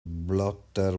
blotter